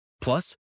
Plus